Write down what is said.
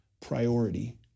priority